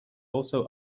also